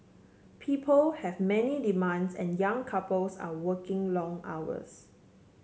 people have many demands and young couples are working long hours